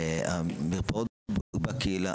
מרפאות בקהילה,